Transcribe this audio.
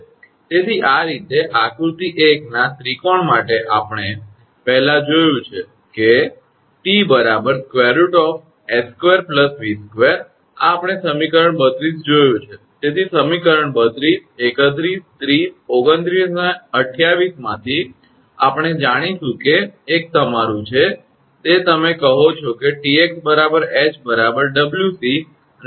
તેથી આ રીતે આકૃતિ 1 ના ત્રિકોણ માટે આપણે પહેલા જોયું છે કે 𝑇 √𝐻2 𝑉2 આ આપણે સમીકરણ 32 જોયું છે તેથી સમીકરણ 32 31 30 29 અને 28 માંથી આપણે જાણીશું કે એક તમારું છે તે તમે કહો કે 𝑇𝑥 𝐻 𝑊𝑐 અને 𝑇𝑦 𝑉 𝑊𝑠